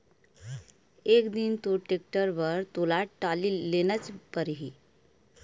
एक दिन तो टेक्टर बर तोला टाली लेनच परही